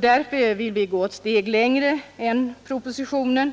Därför vill vi gå ett steg längre än propositionen.